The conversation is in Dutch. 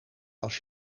als